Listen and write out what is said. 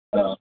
हा